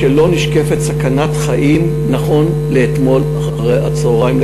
שלא נשקפת להם סכנת חיים נכון לאתמול אחר-הצהריים.